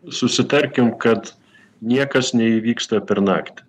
susitarkim kad niekas neįvyksta per naktį